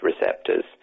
receptors